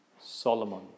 Solomon